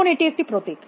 তখন এটি একটি প্রতীক